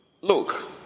Look